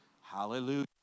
hallelujah